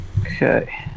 Okay